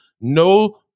no